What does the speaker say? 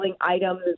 items